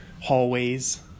Hallways